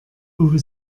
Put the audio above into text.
uwe